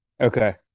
Okay